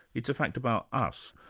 it's a fact about us.